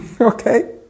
Okay